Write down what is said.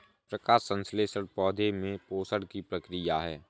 प्रकाश संश्लेषण पौधे में पोषण की प्रक्रिया है